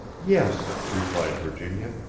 yes, replied virginia,